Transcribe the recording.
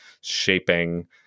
shaping